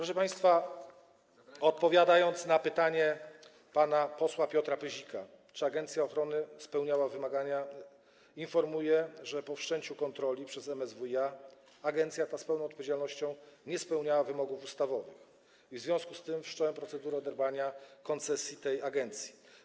Odpowiadając na pytanie pana posła Piotra Pyzika, czy agencja ochrony spełniała wymagania, informuję, że po wszczęciu kontroli przez MSWiA agencja ta - z pełną odpowiedzialnością - nie spełniała wymogów ustawowych i w związku z tym wszcząłem procedurę odebrania koncesji tej agencji.